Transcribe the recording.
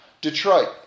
Detroit